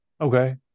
Okay